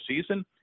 season